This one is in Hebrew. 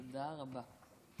תודה רבה.